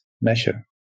measure